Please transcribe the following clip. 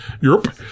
Europe